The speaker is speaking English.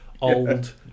old